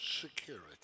security